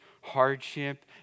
hardship